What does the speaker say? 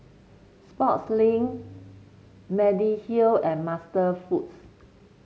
Sportslink Mediheal and MasterFoods